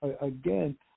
again